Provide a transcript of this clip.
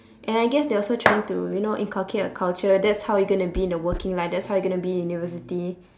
and I guess they're also trying to you know inculcate a culture that's how you're gonna be in the working life that's how you're gonna be in university